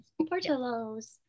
portillos